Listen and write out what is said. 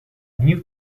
new